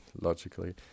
logically